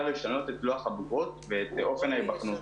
לשנות את לוח הבגרות ואת אופן ההיבחנות.